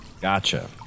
Gotcha